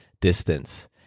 distance